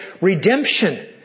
Redemption